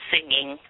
Singing